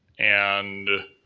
and.